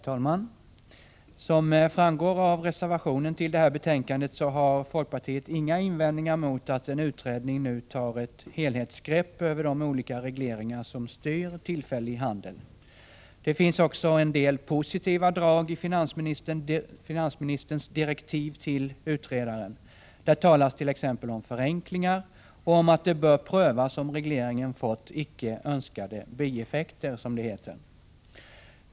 Herr talman! Som framgår av reservationen till det här betänkandet har folkpartiet inga invändningar mot att en utredning nu tar ett helhetsbegrepp över de olika regleringar som styr tillfällig handel. Det finns också en del positiva drag i finansministerns direktiv till utredaren. Där talas t.ex. om förenklingar och om att det bör prövas om regleringen fått icke önskade bieffekter, som det heter.